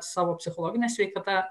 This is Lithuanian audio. savo psichologine sveikata